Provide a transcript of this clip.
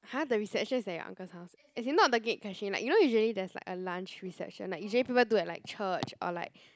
!huh! the reception is at your uncle's house as in not the gate crashing like you know usually there's like a lunch reception like usually people do at church or like